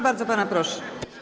Bardzo pana proszę.